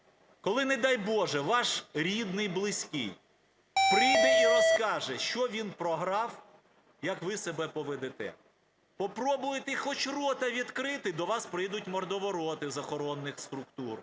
коли, не дай Боже, ваш рідний, близький прийде і вам скаже, що він програв, як ви себе поведете. Попробуйте хоч рота відкрити, до вас прийдуть мордовороти з охоронних структур,